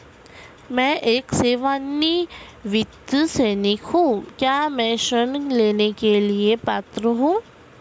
मैं एक सेवानिवृत्त सैनिक हूँ क्या मैं ऋण लेने के लिए पात्र हूँ?